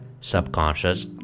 subconscious